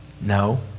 No